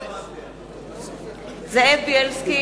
אינו משתתף בהצבעה זאב בילסקי,